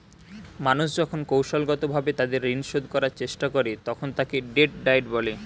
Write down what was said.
মানুষ যখন কৌশলগতভাবে তাদের ঋণ শোধ করার চেষ্টা করে, তখন তাকে ডেট ডায়েট বলে